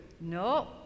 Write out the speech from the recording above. No